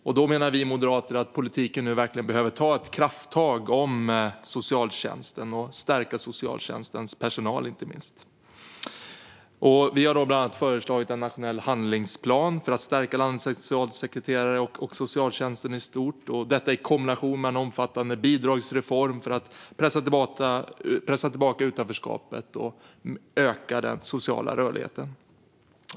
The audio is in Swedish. Vi moderater menar att politiken nu verkligen behöver ta krafttag när det gäller socialtjänsten och inte minst stärka dess personal. Vi har bland annat föreslagit en nationell handlingsplan för att stärka landets socialsekreterare och socialtjänsten i stort i kombination med en omfattande bidragsreform för att pressa tillbaka utanförskapet och öka den sociala rörligheten.